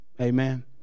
Amen